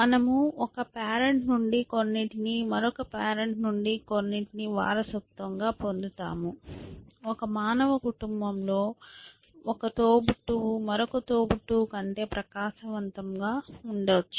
మనము ఒక పేరెంట్నుండి కొన్నింటిని మరొక పేరెంట్ నుండి కొన్నింటిని వారసత్వంగా పొందుతాము ఒక మానవ కుటుంబంలో ఒక తోబుట్టువు మరొక తోబుట్టువు కంటే ప్రకాశవంతంగా ఉండవచ్చు